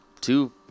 two